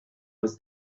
was